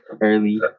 early